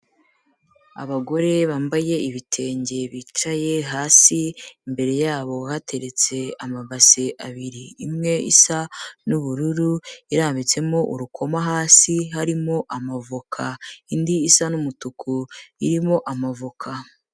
Abagore bambaye ibitenge bicaye hasi imbere yabo hateretse amabase abiri, imwe isa n'ubururu irambitsemo urukoma hasi harimo amavoka, indi isa n'umutuku irimo amavoka.